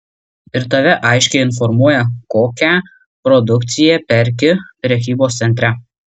ir tave aiškiai informuoja kokią produkciją perki prekybos centre